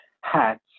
hats